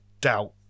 doubt